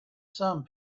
some